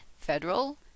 federal